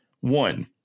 one